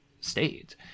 stayed